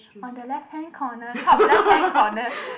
on the left hand corner top left hand corner